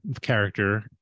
character